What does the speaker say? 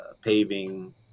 paving